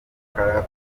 ankara